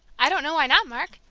i don't know why not, mark.